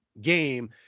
game